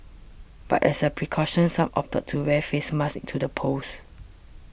but as a precaution some opted to wear face masks to the polls